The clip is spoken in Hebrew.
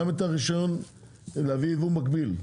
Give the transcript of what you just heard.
גם את הרישיון להביא יבוא מקביל.